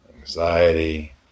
Anxiety